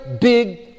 big